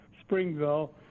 Springville